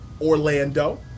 Orlando